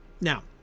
Now